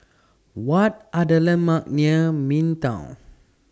What Are The landmarks near Midtown